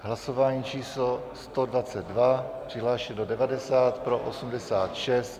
Hlasování číslo 122, přihlášeno je 90, pro 86.